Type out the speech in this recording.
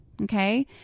Okay